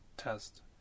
test